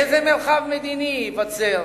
איזה מרחב מדיני ייווצר,